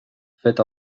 fet